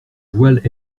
voiles